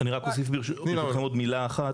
אני רק אוסיף עוד מילה אחת.